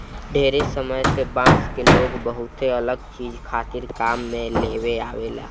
ढेरे समय से बांस के लोग बहुते अलग चीज खातिर काम में लेआवेला